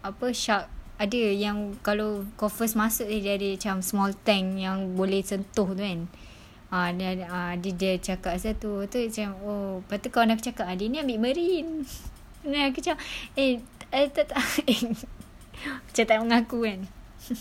apa shark ada yang kalau kau first masuk dia ada macam small tank yang boleh sentuh tu kan ah dia ada ah dia cakap pasal tu tu macam oh pastu kawan aku cakap dia ni ambil marine then aku cakap eh tak tak macam tak nak mengaku kan